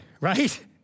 right